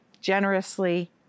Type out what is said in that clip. generously